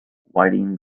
whiting